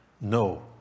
No